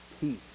Peace